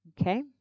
Okay